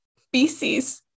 Species